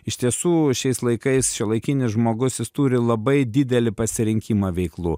iš tiesų šiais laikais šiuolaikinis žmogus jis turi labai didelį pasirinkimą veiklų